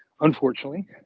Unfortunately